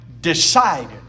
decided